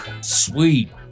Sweet